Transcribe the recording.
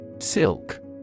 Silk